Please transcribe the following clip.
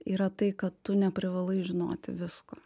yra tai kad tu neprivalai žinoti visko